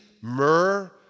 myrrh